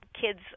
kids